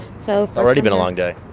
so it's already been a long day.